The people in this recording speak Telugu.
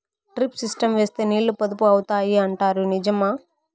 డ్రిప్ సిస్టం వేస్తే నీళ్లు పొదుపు అవుతాయి అంటారు నిజమా?